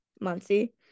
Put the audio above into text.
Muncie